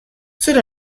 zer